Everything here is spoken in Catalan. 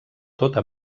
tota